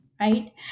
right